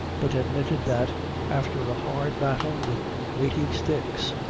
but admitted that after a hard battle with weighty sticks,